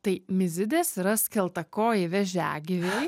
tai mizidės yra skeltakojai vėžiagyviai